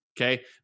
Okay